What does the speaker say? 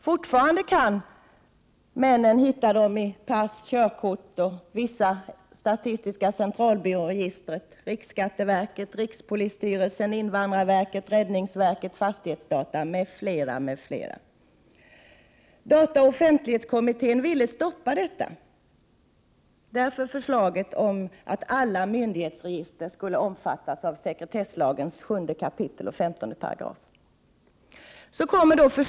Fortfarande kan männen hitta kvinnorna i register som gäller pass och körkort, i vissa SCB-register, i riksskatteverkets, rikspolisstyrelsens, invandrarverkets och räddningsverkets register och i fastighetsdataregister m.fl. m.fl. Dataoch offentlighetskommittén ville stoppa detta. Därför föreslogs att alla myndighetsregister skulle omfattas av 7 kap. 15 § sekretesslagen.